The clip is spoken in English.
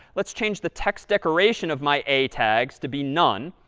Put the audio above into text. let's change the text decoration of my a tags to be none.